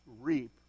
reap